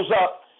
up